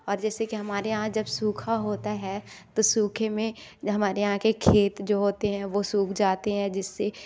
और जैसे कि हमारे यहाँ जब सूखा होता है तो सूखे में हमारी यहाँ के खेत जो होते हैं वो सूख जाते हैं जिससे